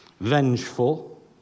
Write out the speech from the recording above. vengeful